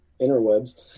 interwebs